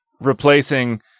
replacing